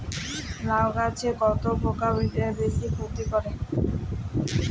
লাউ গাছে কোন পোকা বেশি ক্ষতি করে?